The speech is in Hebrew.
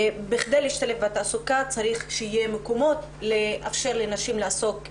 בכדי להשתלב בתעסוקה צריך שיהיו מקומות לאפשר לנשים לעסוק בהם.